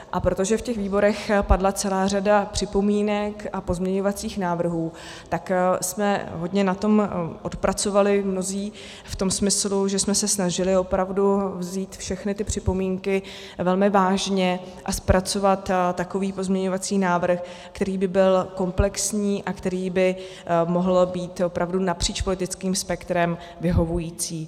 A protože v těch výborech padla celá řada připomínek a pozměňovacích návrhů, tak jsme hodně na tom odpracovali mnozí v tom smyslu, že jsme se snažili opravdu vzít všechny ty připomínky velmi vážně a zpracovat takový pozměňovací návrh, který by byl komplexní a který by mohl být opravdu napříč politickým spektrem vyhovující.